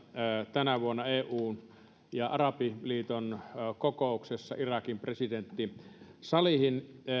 tänä vuonna eun ja arabiliiton kokouksessa irakin presidentti salihin